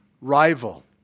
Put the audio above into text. rival